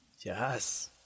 Yes